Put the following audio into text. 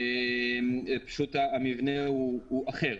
פשוט המבנה הוא אחר.